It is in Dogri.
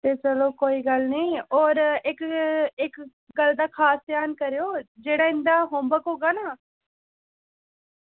ते चलो कोई गल्ल निं होर इक इक गल्ल दा खास ध्यान करेओ जेह्ड़ा इं'दा होमवर्क होगा ना